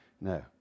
No